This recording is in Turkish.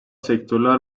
sektörler